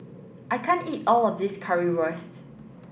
I can't eat all of this Currywurst